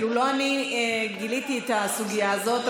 לא אני גיליתי את הסוגיה הזאת,